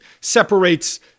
separates –